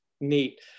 neat